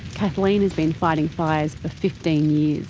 kathleen has been fighting fires for fifteen years.